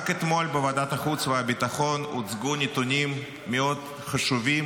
רק אתמול בוועדת החוץ והביטחון הוצגו נתונים מאוד חשובים